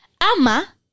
Ama